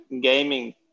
gaming